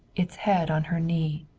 its head on her knee.